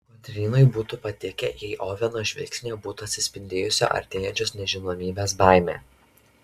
kotrynai būtų patikę jei oveno žvilgsnyje būtų atsispindėjusi artėjančios nežinomybės baimė